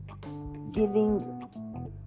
giving